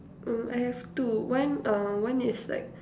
mm I have two one um one is like